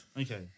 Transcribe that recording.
Okay